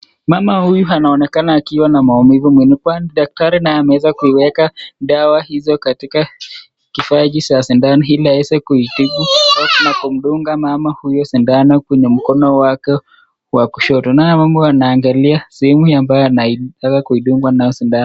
Mwama huyu anaonekana akiwa na maumivu mwilini, kwani dakitari naye ameweza kuiweka dawa hizo katika, kifaa hiki cha shindano ili aweze kuitibu au kumdunga mama huyo shindano kwenye mkono wake wa kushoto, naye mama huyu anaiangalia sehemu ambayo anataka kuidungwa nayo shidano.